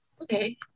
Okay